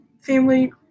family